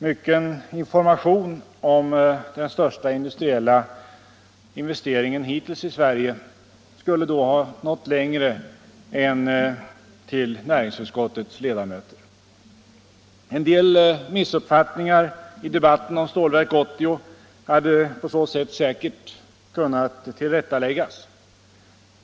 Mycken information om den största industriella investeringen hittills i Sverige skulle då ha nått längre än till näringsutskottets ledamöter. En del missuppfattningar i debatten om Stålverk 80 hade på så sätt säkert kunnat tillrättaläggas.